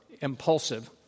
impulsive